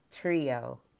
Trio